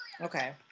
Okay